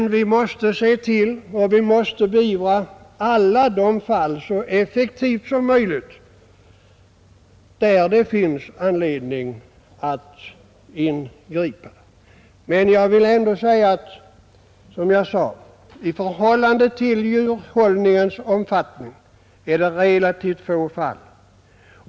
Vi måste så effektivt som möjligt beivra alla fall, där det finns anledning att ingripa. Jag vill emellertid än en gång säga, att i förhållande till djurhållningens omfattning är det relativt få fall.